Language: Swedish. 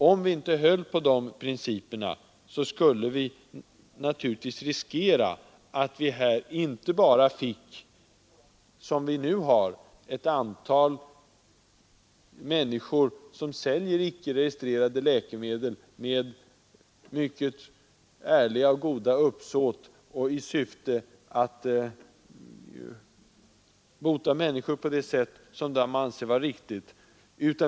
Om vi inte höll på de principerna skulle vi riskera att vi inte bara fick, som nu, ett antal människor som i ärligt uppsåt säljer icke registrerade läkemedel i syfte att bota sjuka på det sätt som de anser riktigt.